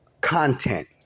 content